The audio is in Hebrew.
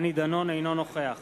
אינו נוכח